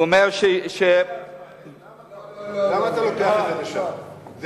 הוא אומר, למה אתה לוקח את זה לשם?